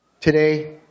Today